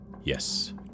Yes